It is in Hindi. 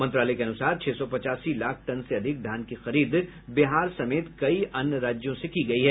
मंत्रालय के अनुसार छह सौ पचासी लाख टन से अधिक धान की खरीद बिहार समेत कई अन्य राज्यों से की गयी है